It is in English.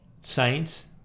Saints